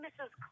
Mrs